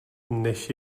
než